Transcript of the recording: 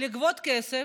לגבות כסף,